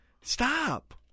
stop